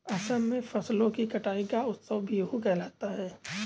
असम में फसलों की कटाई का उत्सव बीहू कहलाता है